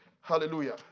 Hallelujah